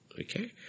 Okay